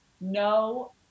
No